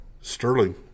Sterling